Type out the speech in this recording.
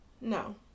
No